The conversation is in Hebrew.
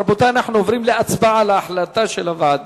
רבותי, אנחנו עוברים להצבעה על החלטת הוועדה.